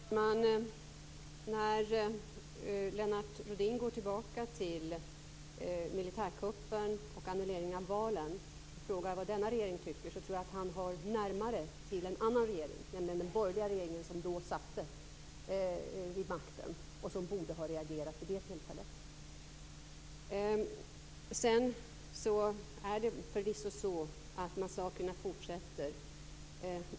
Fru talman! När Lennart Rohdin går tillbaka till militärkuppen och annuleringen av valen och frågar vad denna regering tycker tror jag att han har närmare till en annan regering, nämligen den borgerliga regering som då satt vid makten och som borde ha reagerat vid det tillfället. Det är förvisso så att massakrerna fortsätter.